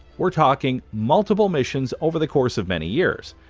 we're talking multiple missions over the course of many years,